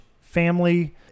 family